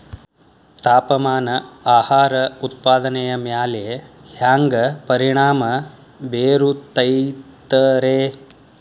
ತಾಪಮಾನ ಆಹಾರ ಉತ್ಪಾದನೆಯ ಮ್ಯಾಲೆ ಹ್ಯಾಂಗ ಪರಿಣಾಮ ಬೇರುತೈತ ರೇ?